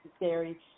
necessary